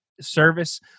service